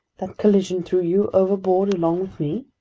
that collision threw you overboard along with me?